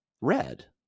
red